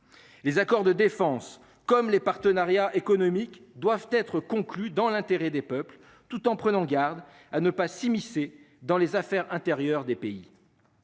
Les accords de défense comme les partenariats économiques doivent être conclue dans l'intérêt des peuples tout en prenant garde à ne pas s'immiscer dans les affaires intérieures des pays.